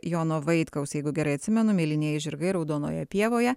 jono vaitkaus jeigu gerai atsimenu mėlynieji žirgai raudonoje pievoje